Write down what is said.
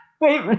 wait